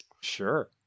sure